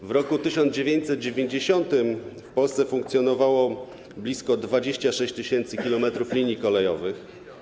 W roku 1990 w Polsce funkcjonowało blisko 26 tys. km linii kolejowych.